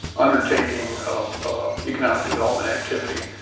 undertaking of of economic development activity,